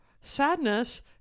Sadness